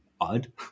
odd